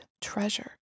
treasure